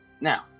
Now